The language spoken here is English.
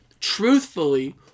truthfully